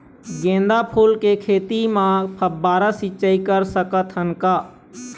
गेंदा फूल के खेती म फव्वारा सिचाई कर सकत हन का?